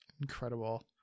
incredible